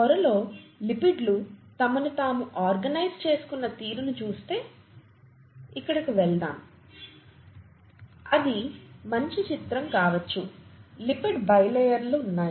పొరలో లిపిడ్లు తమను తాము ఆర్గనైజ్ చేసుకున్న తీరును చూస్తే ఇక్కడకు వెళ్దాం అది మంచి చిత్రం కావచ్చు లిపిడ్ బైలేయర్స్ ఉన్నాయి